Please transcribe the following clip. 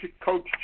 Coach